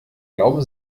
glauben